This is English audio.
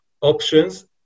options